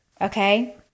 okay